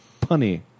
punny